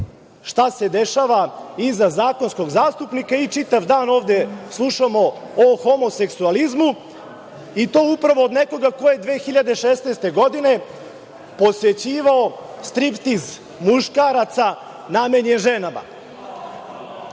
šta se dešava iza zakonskog zastupnika. Čitav dan ovde slušamo o homoseksualizmu, i to upravo od nekoga ko je 2016. godine posećivao striptiz muškaraca namenjen